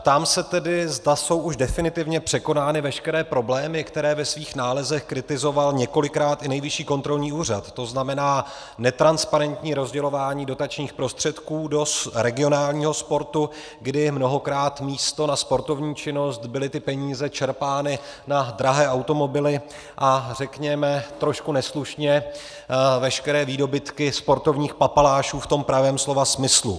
Ptám se tedy, zda jsou už definitivně překonány veškeré problémy, které ve svých nálezech kritizoval několikrát i Nejvyšší kontrolní úřad, to znamená netransparentní rozdělování dotačních prostředků do regionálního sportu, kdy mnohokrát místo na sportovní činnost byly ty peníze čerpány na drahé automobily a řekněme trošku neslušně veškeré výdobytky sportovních papalášů v tom pravém slova smyslu.